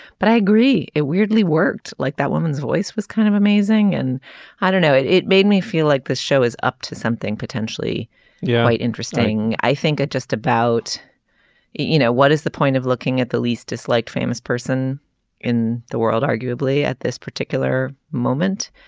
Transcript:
but i agree it weirdly worked like that woman's voice was kind of amazing and i don't know if it made me feel like this show is up to something potentially yeah quite interesting. i think that just about you know what is the point of looking at the least disliked famous person in the world arguably at this particular moment.